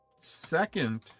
Second